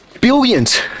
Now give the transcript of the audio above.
billions